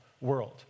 world